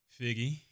Figgy